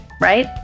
right